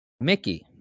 Mickey